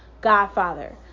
Godfather